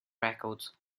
records